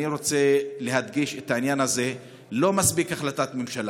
אני רוצה להדגיש את העניין הזה שלא מספיקה החלטת ממשלה.